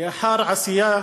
לאחר עשייה